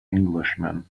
englishman